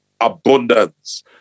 abundance